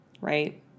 Right